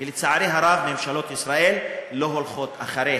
ולצערי הרב ממשלות ישראל לא הולכות אחריה.